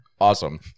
awesome